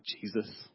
Jesus